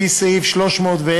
לפי סעיף 310,